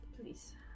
Please